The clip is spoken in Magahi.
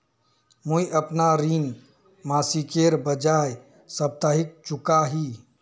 मुईअपना ऋण मासिकेर बजाय साप्ताहिक चुका ही